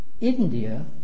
India